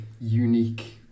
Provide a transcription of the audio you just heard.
unique